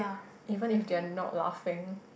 even if they are not laughing